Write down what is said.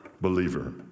believer